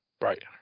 Right